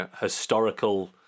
historical